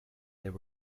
there